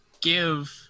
give